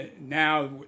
now